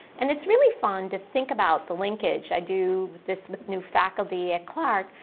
and it's really fun to think about the linkage. i do this with new faculty at clark.